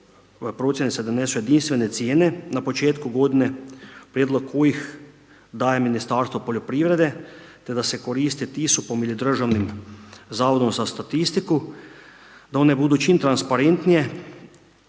se donesu jedinstvene cijene na početku godine, prijedlog kojih daje Ministarstvo poljoprivrede te da se koriste TISUP-om ili Državnim zavodom za statistiku, da one budu čim transparentnije